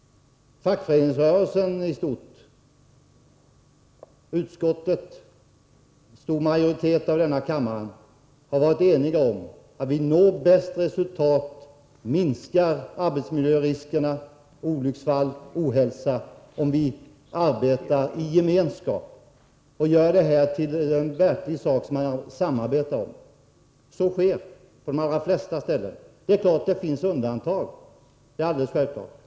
Fackföreningsrörelsen i stort, utskottet och en stor majoritet i denna kammare har varit eniga om att vi bäst når resultat och bäst minskar arbetsmiljöriskerna, olycksfall och ohälsa, om vi arbetar i gemenskap och gör det här till någonting som man verkligen samarbetar om. Så sker på de allra flesta ställen. Det är självklart att det finns undantag.